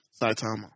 Saitama